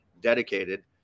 dedicated